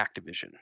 Activision